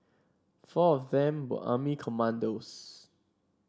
four of them were army commandos